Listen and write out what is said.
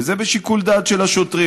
וזה בשיקול דעת של השוטרים.